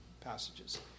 passages